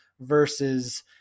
versus